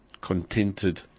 contented